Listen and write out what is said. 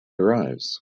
arrives